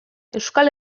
euskal